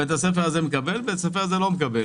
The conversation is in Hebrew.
בית הספר הזה מקבל, בית הספר הזה לא מקבל.